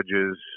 judges